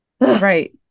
right